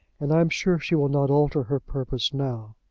and i am sure she will not alter her purpose now.